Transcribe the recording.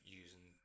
using